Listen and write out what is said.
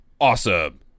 awesome